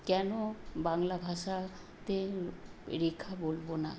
কেন বাংলা ভাষাতে রেখা বলব না